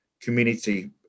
community